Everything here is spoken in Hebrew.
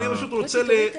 אנחנו צריכים את השר.